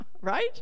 Right